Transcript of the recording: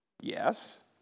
Yes